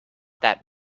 that